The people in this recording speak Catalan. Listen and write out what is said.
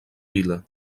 vila